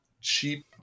cheap